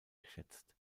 geschätzt